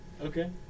Okay